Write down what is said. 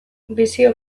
bisio